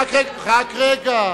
רק רגע.